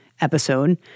episode